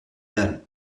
werden